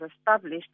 established